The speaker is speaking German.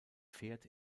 fährt